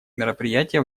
мероприятие